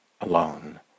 alone